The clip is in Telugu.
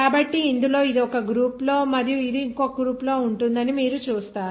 కాబట్టి ఇందులో ఇది ఒక గ్రూప్ లో మరియు ఇది ఇంకొక గ్రూప్ లో ఉంటుందని మీరు చూస్తారు